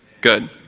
Good